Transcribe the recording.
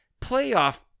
playoff